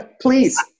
Please